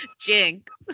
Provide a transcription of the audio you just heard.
Jinx